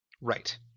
Right